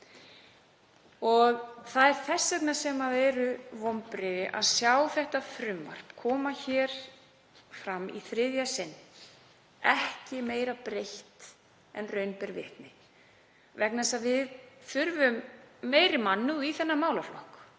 vilji til þess hjá fólki. Það eru því vonbrigði að sjá þetta frumvarp koma hér fram í þriðja sinn ekki meira breytt en raun ber vitni vegna þess að við þurfum meiri mannúð í þennan málaflokk.